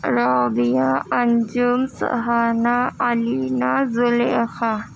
Rabia Anjum Suhana Alina Zulaikha